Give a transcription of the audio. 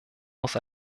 muss